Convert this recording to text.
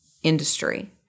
industry